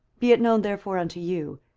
be it known therefore unto you,